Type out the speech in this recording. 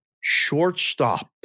Shortstop